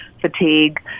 fatigue